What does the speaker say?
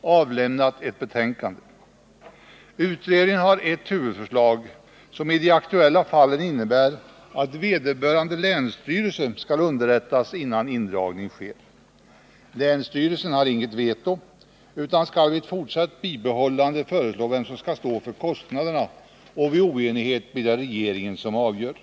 avlämnat ett betänkande. Utredningen har ett huvudförslag som i de aktuella fallen innebär att vederbörande länsstyrelse skall underrättas innan indragning sker. Länsstyrelsen har inget veto utan skall vid ett fortsatt bibehållande föreslå vem som skall stå för kostnaderna, och vid oenighet blir det regeringen som avgör.